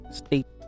state